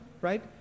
right